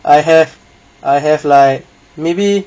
I have I have like maybe